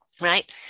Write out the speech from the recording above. Right